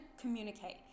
communicate